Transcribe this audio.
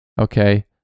okay